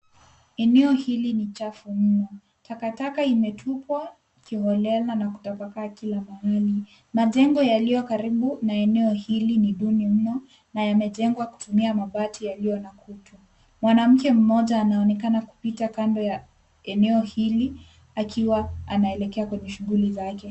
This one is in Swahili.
Eneo hili ni chafu mno. Takataka imetupwa kiholela na kutapakaa kila mahali. Majengo yaliyo karibu na eneo hili ni duni mno na yamejengwa kutumia mabati yaliyo na kutu. Mwanamke mmoja anaonekana kupita kando ya eneo hili akiwa anaelekea kwenye shughuli zake.